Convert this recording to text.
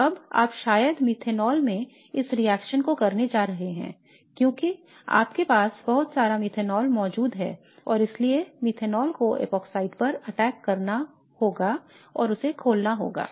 और अब आप शायद मेथनॉल में इस रिएक्शन को करने जा रहे हैं क्योंकि आपके पास बहुत सारा मेथनॉल मौजूद हैं और इसलिए मेथनॉल को एपॉक्साइड पर अटैक करना होगा और उसे खोलना होगा